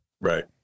Right